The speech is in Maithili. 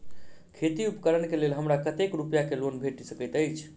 खेती उपकरण केँ लेल हमरा कतेक रूपया केँ लोन भेटि सकैत अछि?